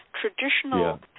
traditional